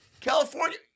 California